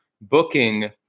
booking